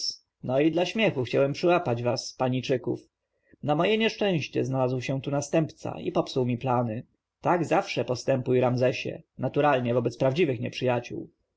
no i dla śmiechu chciałem przyłapać was paniczyków na moje nieszczęście znalazł się tu następca i popsuł mi plany tak zawsze postępuj ramzesie naturalnie wobec prawdziwych nieprzyjaciół